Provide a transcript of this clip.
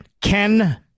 Ken